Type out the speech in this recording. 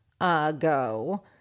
ago